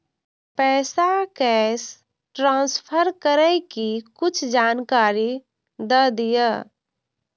पैसा cash transfer करऐ कि कुछ जानकारी द दिअ